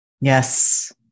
Yes